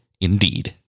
Indeed